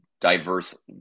diverse